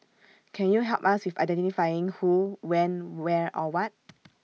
can you help us with identifying who when where or what